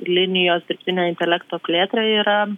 linijos dirbtinio intelekto plėtra yra